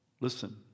listen